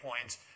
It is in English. points